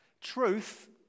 truth